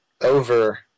over